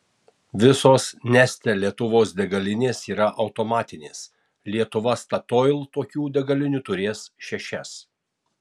visos neste lietuvos degalinės yra automatinės lietuva statoil tokių degalinių turi šešias